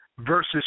versus